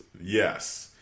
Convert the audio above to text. Yes